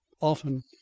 often